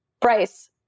Bryce